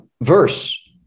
verse